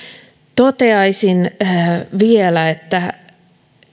toteaisin vielä että